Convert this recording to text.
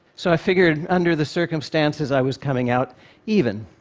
so i figured, under the circumstances, i was coming out even.